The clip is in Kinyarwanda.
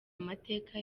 mateka